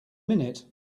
minute